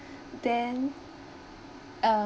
then